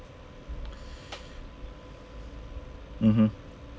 mmhmm